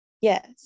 Yes